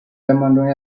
demandons